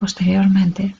posteriormente